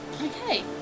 Okay